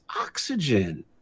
oxygen